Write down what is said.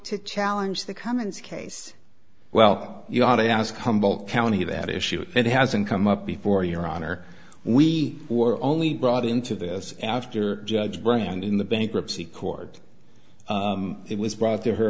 to challenge the commons case well you ought to ask humboldt county that issue it hasn't come up before your honor we were only brought into this after judge brand in the bankruptcy court it was brought to her